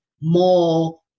more